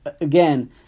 again